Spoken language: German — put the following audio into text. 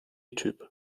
type